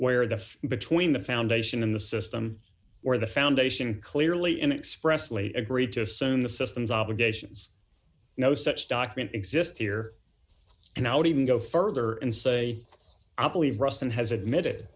where the between the foundation and the system or the foundation clearly in expressly agreed to assume the system's obligations no such document exists here and now to even go further and say i believe ruston has admitted